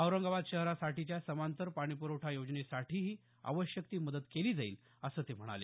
औरंगाबाद शहरासाठीच्या समांतर पाणीप्रवठा योजनेसाठीही आवश्यक ती मदत केली जाईल असं ते म्हणाले